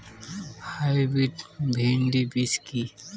Hybrid ভীন্ডি বীজ কি?